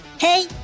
Hey